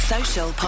Social